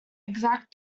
exact